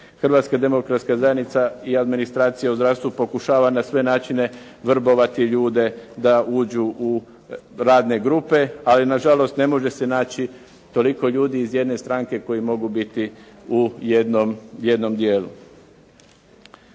Hrvatska demokratska zajednica i administracija u zdravstvu pokušava na sve načine vrbovati ljude da uđu u radne grupe, ali na žalost ne može se naći toliko ljudi iz jedne stranke koji mogu biti u jednom djelu.